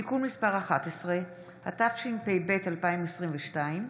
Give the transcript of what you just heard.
(תיקון מס׳ 11), התשפ"ב 2022,